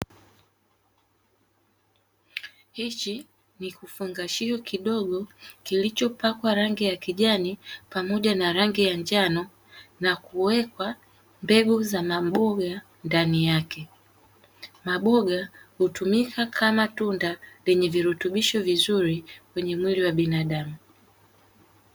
Hichi ni kifungashio kidogo kilichopakwa rangi ya kijani pamoja na rangi ya njano na kuwekwa mbegu za maboga ndani yake. Maboga hutumika kama tunda lenye virutubisho vizuri kwenye mwili wa binadamu.